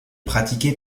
pratiquée